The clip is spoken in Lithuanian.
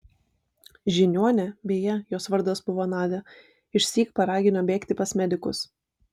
žiniuonė beje jos vardas buvo nadia išsyk paragino bėgti pas medikus